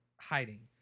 hiding